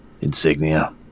insignia